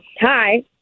Hi